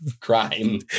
crime